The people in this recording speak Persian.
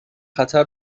خطر